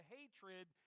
hatred